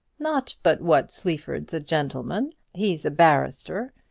not but what sleaford's a gentleman he's a barrister.